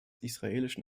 israelischen